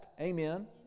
Amen